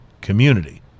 community